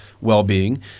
well-being